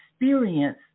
experience